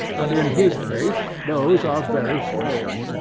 and in his case those are very small.